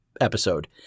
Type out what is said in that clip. episode